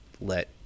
let